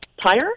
Tire